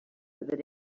that